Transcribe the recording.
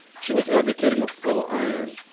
she was advocating a full iron.